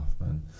man